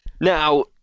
Now